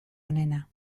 onena